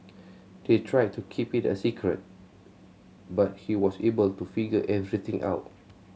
they tried to keep it a secret but he was able to figure everything out